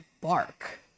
bark